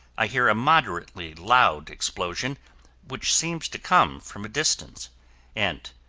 i hear a moderately loud explosion which seems to come from a distance and,